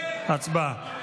הצבעה.